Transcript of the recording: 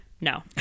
no